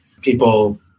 People